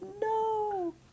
no